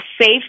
safe